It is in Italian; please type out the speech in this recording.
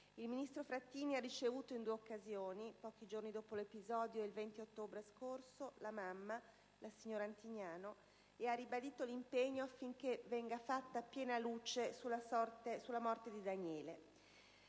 Il ministro Frattini ha ricevuto in due occasioni, pochi giorni dopo l'episodio e il 20 ottobre scorso, la madre, signora Antignano, e ha ribadito l'impegno affinché venga fatta piena luce sulla morte di Daniele.